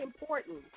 important